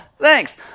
thanks